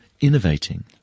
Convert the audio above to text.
innovating